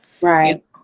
right